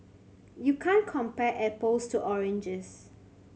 you can't compare apples to oranges